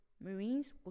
Marines